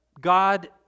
god